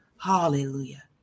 Hallelujah